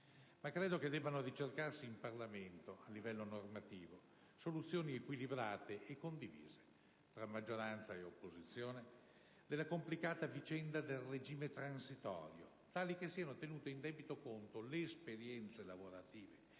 ma credo che debbano ricercarsi in Parlamento, a livello normativo, soluzioni equilibrate (e condivise tra maggioranza e opposizione) della complicata vicenda del regime transitorio, tali che siano tenute in debito conto le esperienze lavorative